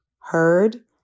heard